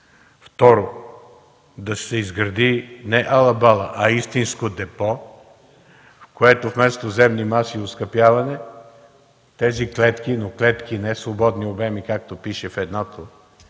Второ, да се изгради не ала-бала, а истинско депо, в което вместо земни маси и оскъпяване, тези клетки, но клетки не свободни обеми, както пише в едното,